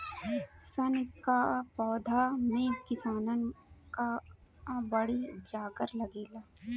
सन कअ पौधा में किसानन कअ बड़ी जांगर लागेला